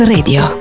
Radio